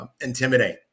intimidate